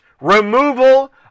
removal